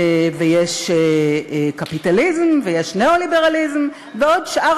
יש קפיטליזם ויש ניאו-ליברליזם ועוד שאר